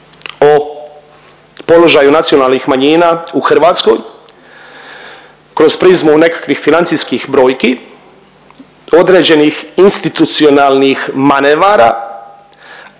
o položaju nacionalnih manjina u Hrvatskoj kroz prizmu nekakvih financijskih brojki određenih institucionalnih manevara,